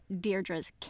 Deirdre's